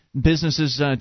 businesses